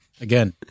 Again